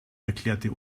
erklärte